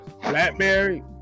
Blackberry